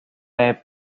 del